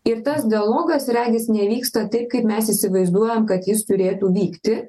ir tas dialogas regis nevyksta taip kaip mes įsivaizduojam kad jis turėtų vykti